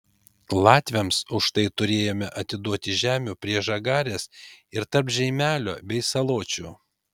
latviams už tai turėjome atiduoti žemių prie žagarės ir tarp žeimelio bei saločių